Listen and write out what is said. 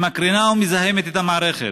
שמקרינה, ומזהמת את המערכת.